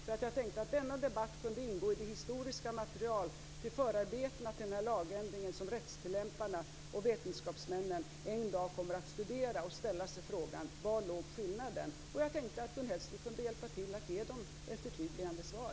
Jag tänkte att denna debatt kunde ingå i det historiska material om förarbetena till denna lagändring som rättstillämparna och vetenskapsmännen en dag kommer att studera. De kommer att ställa sig frågan: Var låg skillnaden? Jag tänkte att Gun Hellsvik kunde hjälpa till att ge dem ett förtydligande svar.